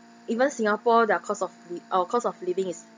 even singapore their cost of li~ our cost of living is